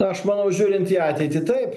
aš manau žiūrint į ateitį taip